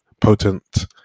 potent